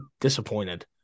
disappointed